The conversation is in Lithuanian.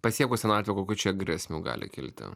pasiekus senatvę kokių čia grėsmių gali kilti